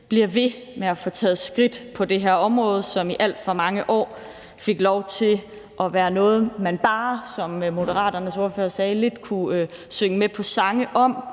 bliver ved med at få taget skridt på det her område, som i alt for mange år har fået lov til at være noget, man bare, som Moderaternes ordfører sagde, lidt kunne synge med på sange om